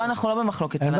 פה אנחנו לא חלוקים על הנתונים.